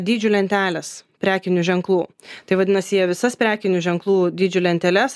dydžių lentelės prekinių ženklų tai vadinasi jie visas prekinių ženklų dydžių lenteles